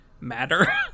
matter